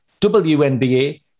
WNBA